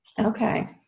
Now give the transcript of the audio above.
Okay